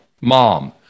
mom